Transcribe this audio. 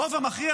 הרוב המכריע,